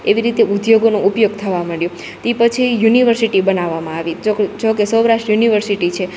એવી રીતે ઉધ્યોગોનો ઉપયોગ થવા માંડ્યો તી પછી યુનિવર્સિટી બનાવામાં આવી જોકે સૌરાસ્ટ્ર યુનિવર્સિટી છે